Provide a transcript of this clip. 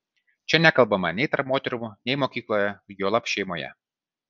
čia nekalbama nei tarp moterų nei mokykloje juolab šeimoje